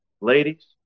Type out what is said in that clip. Ladies